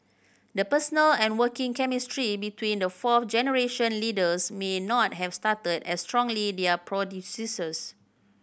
the personal and working chemistry between the fourth generation leaders may not have started as strongly their predecessors